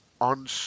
on